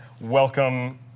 welcome